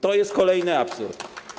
To jest kolejny absurd.